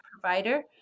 provider